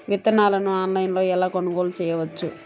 విత్తనాలను ఆన్లైనులో ఎలా కొనుగోలు చేయవచ్చు?